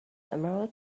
emerald